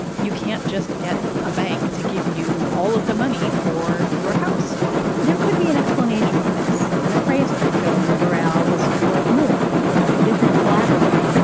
you can't just get a bank to give you all of the money for your house there could be an explanation for this an appraisal showing doral was worth more, or additional collateral.